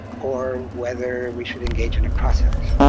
or whether we should engage in a process.